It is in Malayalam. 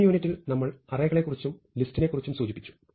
മുൻ യൂണിറ്റിൽ നമ്മൾ അറേകളെക്കുറിച്ചും ലിസ്റ്റിനെക്കുറിച്ചും സൂചിപ്പിച്ചു